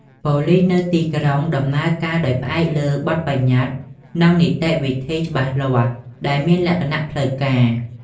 ប៉ូលិសនៅទីក្រុងដំណើរការដោយផ្អែកលើ បទប្បញ្ញត្តិ និងនីតិវិធីច្បាស់លាស់ ដែលមានលក្ខណៈផ្លូវការ។